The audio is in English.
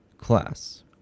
class